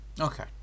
Okay